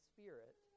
Spirit